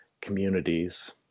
communities